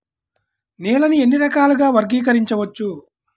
నేలని ఎన్ని రకాలుగా వర్గీకరించవచ్చు?